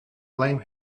blame